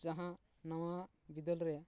ᱡᱟᱦᱟᱸ ᱱᱟᱣᱟ ᱵᱤᱫᱟᱹᱞ ᱨᱮ